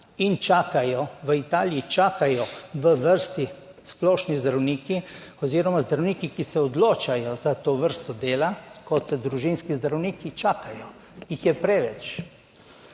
in čakajo v Italiji čakajo v vrsti splošni zdravniki oziroma zdravniki, ki se odločajo za to vrsto dela kot družinski zdravniki čakajo, jih je preveč.